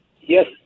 Yes